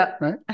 right